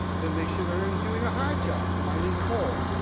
than they should earn doing a hard job, mining coal.